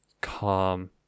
calm